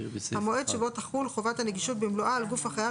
המועד שבו תחול חובת הנגישות במלואה על גוף החייב